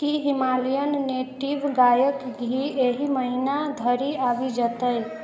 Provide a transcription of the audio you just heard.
की Himalayan natives गायक घी एहि महीना धरि आबि जतै